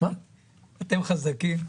אתם חזקים.